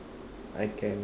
I can